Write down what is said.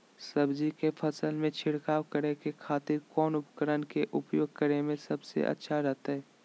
सब्जी के फसल में छिड़काव करे के खातिर कौन उपकरण के उपयोग करें में सबसे अच्छा रहतय?